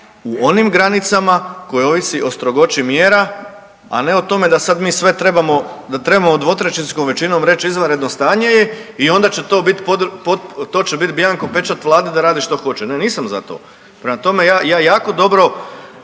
u onim granicama koji ovisi o strogoći mjera a ne o tome da sad mi sve trebamo, da trebamo dvotrećinskom većinom reći izvanredno stanje je i onda će to biti, to će biti bjanko pečat Vladi da radi što hoće. Ne nisam za to. Prema tome ja jako dobro